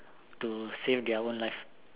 to save their own life